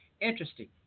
interesting